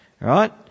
right